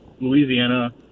Louisiana